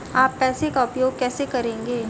आप पैसे का उपयोग कैसे करेंगे?